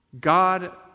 God